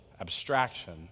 abstraction